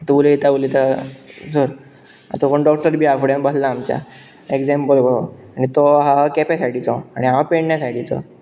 तूं उलयता उलयता जर आतां कोण डॉक्टर बी आसा फुड्यान बसला आमच्या एग्जाम्पल कसो आनी तो आसा केपें सायडीचो आनी हांव पेडण्या सायडीचो